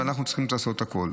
ואנחנו צריכים לעשות הכול.